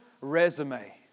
resume